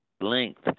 length